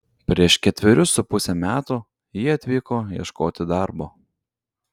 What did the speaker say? prieš ketverius su puse metų ji atvyko ieškoti darbo